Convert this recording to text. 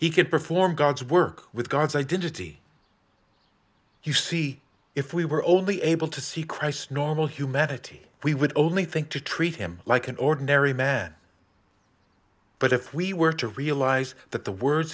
can perform god's work with god's identity you see if we were only able to see christ normal humanity we would only think to treat him like an ordinary man but if we were to realize that the words